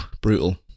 Brutal